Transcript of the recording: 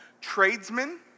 tradesmen